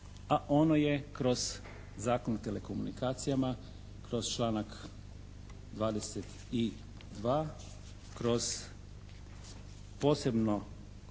a ono je kroz Zakon o telekomunikacijama kroz članak 22. kroz posebno